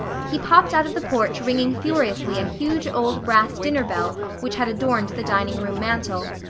he popped out of the porch ringing furiously a huge old brass dinner bell which had adorned the dining room mantel.